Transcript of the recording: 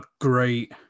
great